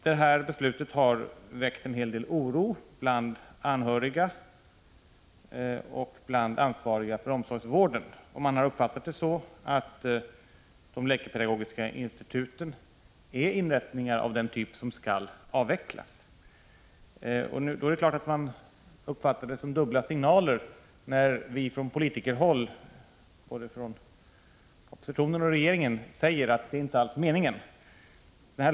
Det här beslutet har väckt en hel del oro bland anhöriga och bland ansvariga för omsorgsvården. Man har uppfattat det så att de läkepedagogiskainstituten är inrättningar av den typ som skall avvecklas. Då är det klart att man uppfattar det som dubbla signaler när vi från politikerhåll, från både oppositionen och regeringen, säger att det är inte alls meningen.